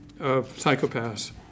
psychopaths